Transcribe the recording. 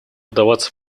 вдаваться